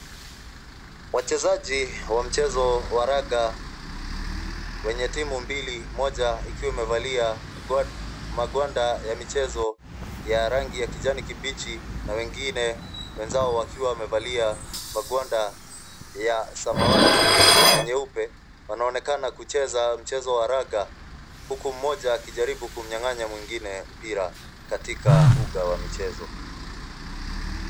Wachezaji wa mchezo wa raga wenye timu mbili, moja ikiwa imevalia magwanda ya michezo ya rangi ya kijani kibichi na wengine wenzao wakiwa wamevalia magwanda ya samawati na nyeupe, wanaonekana kucheza mchezo wa raga, huku mmoja akijaribu kumnyanganya mwengine mpira katika uga wa michezo.